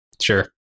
Sure